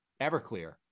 Everclear